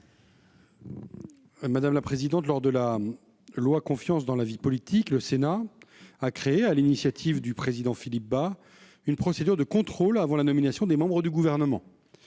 ? Dans la loi pour la confiance dans la vie politique, le Sénat a créé, sur l'initiative du président Bas, une procédure de contrôle avant la nomination des membres du Gouvernement.